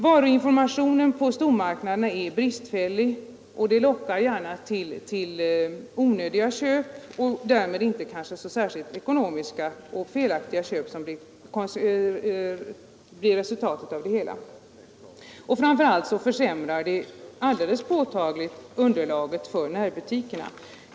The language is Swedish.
Varuinformationen på stormarknaderna är bristfällig, och det lockar gärna till onödiga köp och därmed till felaktiga eller kanske inte så särskilt ekonomiska köp. Framför allt försämrar stormarknaderna alldeles påtagligt underlaget för närbutikerna.